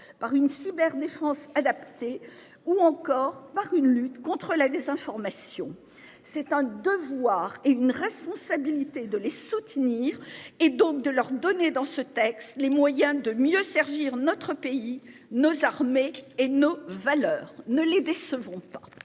Par une cyber défense adapté ou encore par une lutte contre la désinformation, c'est un devoir et une responsabilité de les soutenir, et donc de leur donner dans ce texte, les moyens de mieux servir notre pays nos armées et nos valeurs ne les décevrons pas.